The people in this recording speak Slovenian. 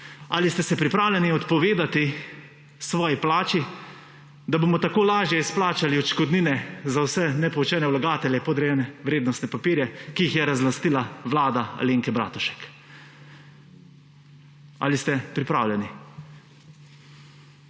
Ali ste se prijavljeni odpovedati svoji plači, da bomo tako lažje izplačali odškodnine za vse nepoučene vlagatelje, podrejene vrednostne papirje, ki jih je razlastila vlada Alenke Bratušek? Ali ste pripravljeni?